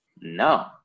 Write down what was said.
No